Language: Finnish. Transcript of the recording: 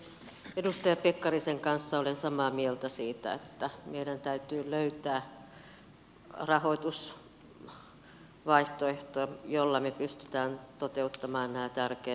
edustaja pekkarisen kanssa olen samaa mieltä siitä että meidän täytyy löytää rahoitusvaihtoehto jolla me pystymme toteuttamaan nämä tärkeät liikennehankkeet